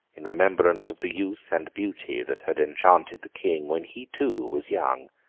in remembrance of the youth and beauty that had enchanted the king when he too was young,